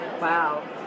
Wow